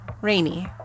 Rainy